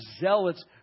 zealots